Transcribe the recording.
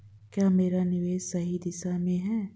क्या मेरा निवेश सही दिशा में है?